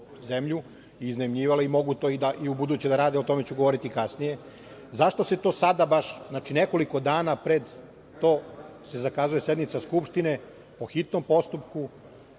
i iznajmljivali, i mogu to i u buduće da rade, o tome ću govoriti kasnije, zašto se sada baš nekoliko dana pred to zakazuje sednica Skupštine po hitnom postupku,